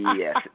Yes